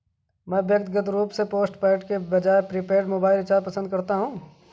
मैं व्यक्तिगत रूप से पोस्टपेड के बजाय प्रीपेड मोबाइल रिचार्ज पसंद करता हूं